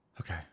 Okay